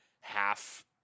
half